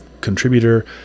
contributor